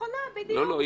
היא נכונה, בדיוק.